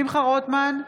שמחה רוטמן,